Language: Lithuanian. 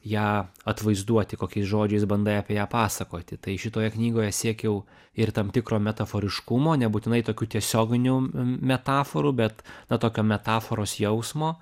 ją atvaizduoti kokiais žodžiais bandai apie ją pasakoti tai šitoje knygoje siekiau ir tam tikro metaforiškumo nebūtinai tokių tiesioginių metaforų bet tokio metaforos jausmo